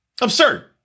Absurd